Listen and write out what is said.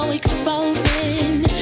exposing